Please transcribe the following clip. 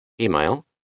Email